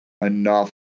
enough